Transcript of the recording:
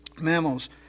Mammals